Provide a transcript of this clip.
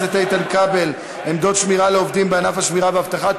חוק עמדות שמירה לעובדים בענף השמירה והאבטחה,